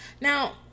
Now